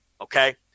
Okay